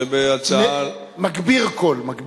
מגביר קול.